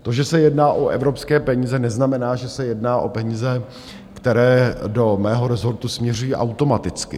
To, že se jedná o evropské peníze, neznamená, že se jedná o peníze, které do mého rezortu směřují automaticky.